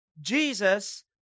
Jesus